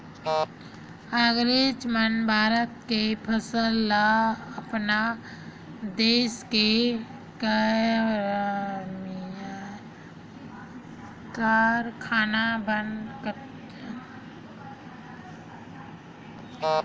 अंगरेज मन भारत के फसल ल अपन देस के कारखाना बर कच्चा माल के रूप म बउरय